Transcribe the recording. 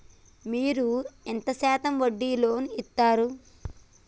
మీరు ఎంత శాతం వడ్డీ లోన్ ఇత్తరు?